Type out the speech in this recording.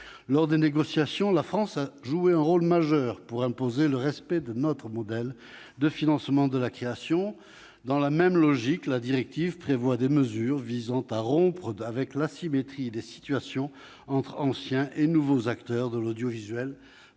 Lors des négociations, la France a joué un rôle majeur pour imposer le respect de notre modèle de financement de la création. Dans la même logique, la directive prévoit des mesures visant à rompre avec l'asymétrie des situations entre anciens et nouveaux acteurs de l'audiovisuel,